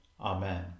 Amen